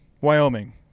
Wyoming